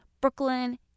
Brooklyn